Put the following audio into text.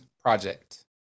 project